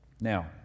Now